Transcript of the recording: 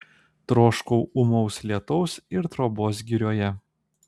troškau ūmaus lietaus ir trobos girioje